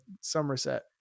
Somerset